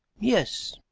yes.